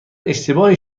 اشتباهی